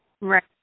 Right